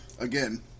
again